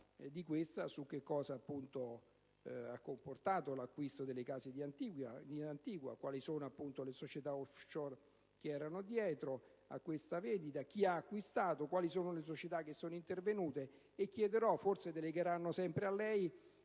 odierna - su che cosa ha comportato l'acquisto delle case in Antigua, su quali sono le società *offshore* dietro a quelle vendite, chi ha acquistato, quali società sono intervenute, e chiederò - forse delegheranno sempre lei